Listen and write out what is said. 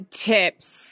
tips